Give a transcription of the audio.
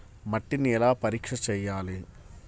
మట్టిని ఎలా పరీక్ష చేయాలి?